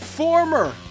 Former